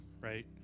Right